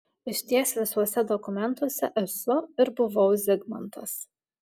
išties visuose dokumentuose esu ir buvau zigmantas